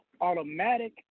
Automatic